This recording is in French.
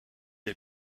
est